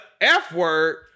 F-word